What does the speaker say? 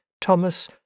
Thomas